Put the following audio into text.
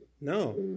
No